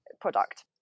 product